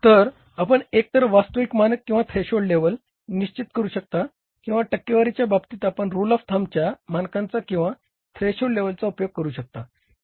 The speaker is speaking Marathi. तर आपण एकतर वास्तविक मानक किंवा थ्रेशोल्ड लेव्हल मानकांचा किंवा थ्रेशोल्ड लेव्हलचा उपयोग करू शकता